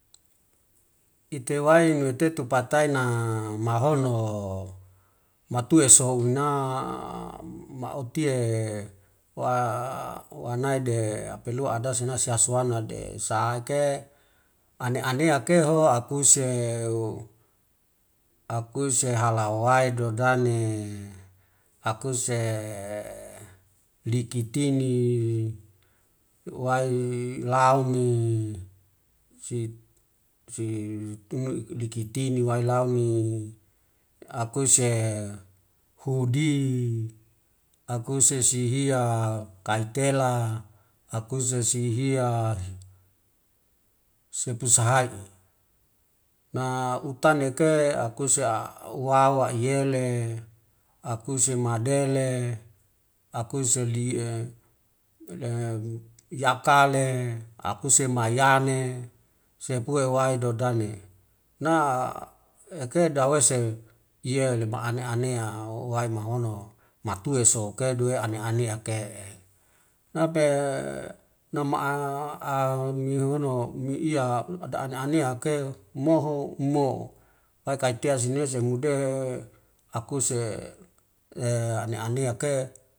Ite wai me tetu patai na mahono matue souna mautie wa nide apelua adese nasi hasuanade, saike ane anea hoke akusa akuse hala wai dodane akuse likitine wai launi si dikitini wai launi akuse hudi, akuse sihia kaitela, akuse sihia sepusaha'i. Utaneke kause auwawa iyele, akuse madele, akuse li yakale, akuse mayane, sepue wai dodane, na eke dawese iyene maane anea wai mahono watue soke duwe ane anea ke'e, npe nama nihono, niiya daane anea ke moho mo we kaitia si nese mude akuse eane aneake.